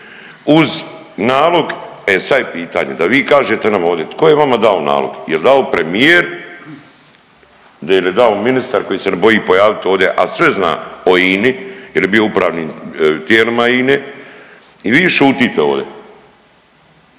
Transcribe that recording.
uz nalog, e sad je pitanje da kažete nam ovde tko je vama dao nalog, jel dao premijer il je dao ministar koji se ne boji pojavit ovdje, ali sve zna o INI jer je bio u upravnim tijelima INE i vi šutite ovde.